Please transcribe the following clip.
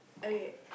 okay